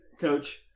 Coach